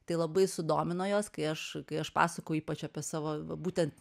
tai labai sudomino juos kai aš kai aš pasakoju ypač apie savo va būtent